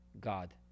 God